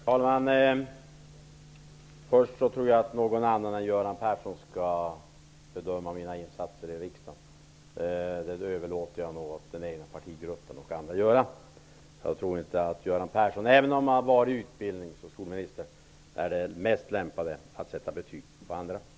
Herr talman! Till att börja med tror jag att någon annan än Göran Persson skall bedöma mina insatser i riksdagen. Det överlåter jag nog till den egna partigruppen och andra att göra. Även om Göran Persson varit skolminister tror jag inte att han är den bäst lämpade att sätta betyg på andra.